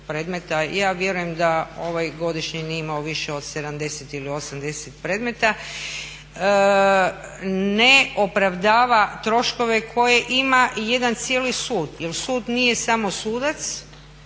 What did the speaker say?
ja vjerujem da ovaj godišnje nije imao više od 70 ili 80 predmeta, ne opravdava troškove koje ima jedan cijeli sud. Jel sud nije samo sudac,